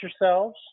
yourselves